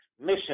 mission